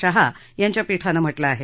शाह यांच्या पीठानं म्हटलं आहे